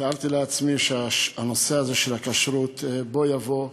תיארתי לעצמי שהנושא הזה, של הכשרות, בוא יבוא,